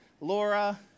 Laura